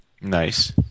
Nice